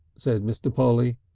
said mr. polly.